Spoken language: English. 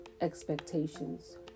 expectations